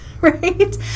right